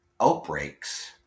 outbreaks